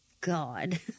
god